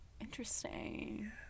Interesting